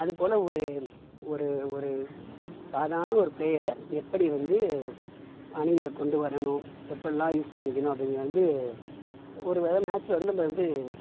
அதுபோலே ஒரு ஒரு ஒரு சாதாரண ஒரு பிளேயரை எப்படி வந்து அணியில் கொண்டு வரணும் எப்படிலாம் யூஸ் பண்ணிக்கணும் அப்படீங்கிறத வந்து ஒரு வேளை மேச்சில் வந்து நம்ப வந்து